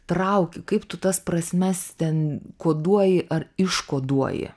trauki kaip tu tas prasmes ten koduoji ar iškoduoji